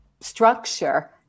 structure